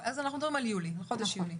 אז אנחנו מדברים על חודש יולי.